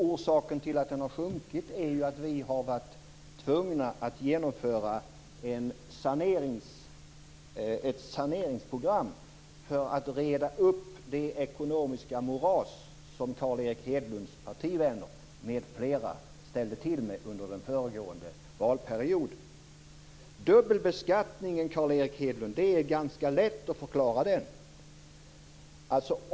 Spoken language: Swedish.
Orsaken till att den har sjunkit är att vi har varit tvungna att genomföra ett saneringsprogram för att reda upp det ekonomiska moras som Carl Erik Hedlunds partivänner m.fl. ställde till med under den föregående valperioden. Dubbelbeskattningen, Carl Erik Hedlund, är ganska lätt att förklara.